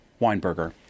Weinberger